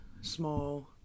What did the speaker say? small